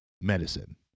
medicine